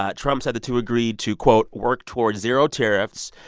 ah trump said the two agreed to, quote, work towards zero tariffs.